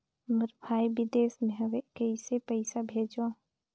मोर भाई विदेश मे हवे कइसे पईसा भेजो?